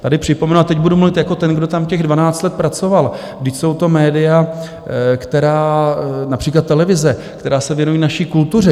Tady připomenu a teď budu mluvit jako ten, kdo tam těch 12 let pracoval vždyť jsou to média, která, například televize, která se věnují naší kultuře.